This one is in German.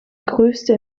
größte